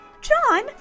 John